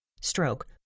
stroke